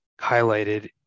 highlighted